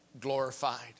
glorified